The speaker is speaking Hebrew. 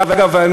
ואגב,